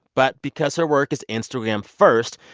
but because her work is instagram first,